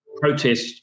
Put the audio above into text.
protest